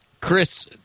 Chris